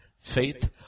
Faith